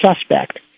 suspect